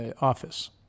office